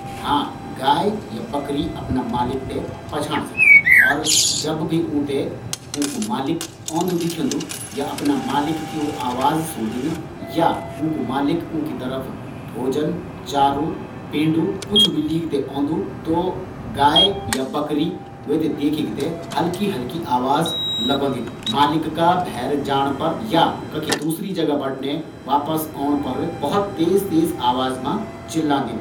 हाँ गाय और बकरा अपना मालिक ते पछयांण सकदिन, और ज़ब भी उन्ते अपणु मालिक दिखेंदु तो वू जोर जोर से आवाज लगोण शुरू कर दिंदिन